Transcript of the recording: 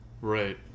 right